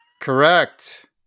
Correct